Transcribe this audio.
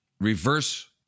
reverse